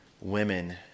women